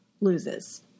loses